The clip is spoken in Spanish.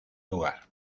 lugar